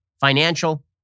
financial